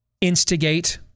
instigate